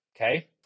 okay